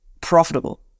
profitable